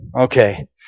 Okay